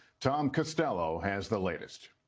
tom costello has the latest.